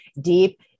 deep